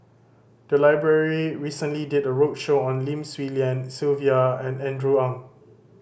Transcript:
the library recently did a roadshow on Lim Swee Lian Sylvia and Andrew Ang